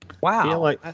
Wow